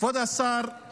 כבוד השר,